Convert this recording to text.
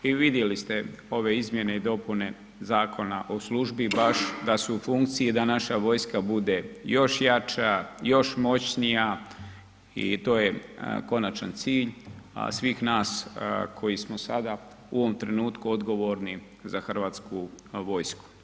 I vidjeli ste ove izmjene i dopune Zakona o službi baš da su u funkciji da naša vojska bude još jača, još moćnija i to je konačan cilj svih nas koji smo sada u ovom trenutku odgovorni za Hrvatsku vojsku.